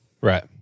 Right